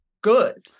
good